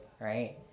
right